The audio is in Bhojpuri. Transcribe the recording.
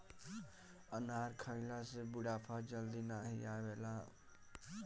अनार खइला से बुढ़ापा जल्दी नाही आवेला